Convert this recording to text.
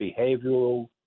behavioral